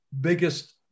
biggest